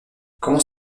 comment